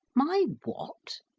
my what.